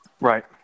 Right